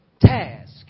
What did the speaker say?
task